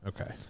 Okay